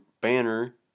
Banner